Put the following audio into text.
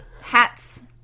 Hats